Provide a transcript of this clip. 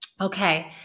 okay